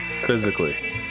Physically